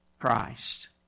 Christ